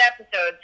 episode